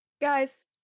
Guys